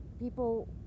people